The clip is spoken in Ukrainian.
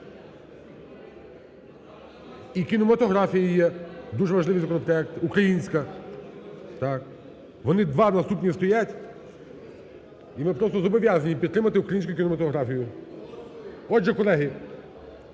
І кінематографії є дуже важливий законопроект, українська. Вони два наступні стоять. І ми просто зобов'язані підтримати українську кінематографію. Отже, колеги…